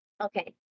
Okay